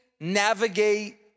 navigate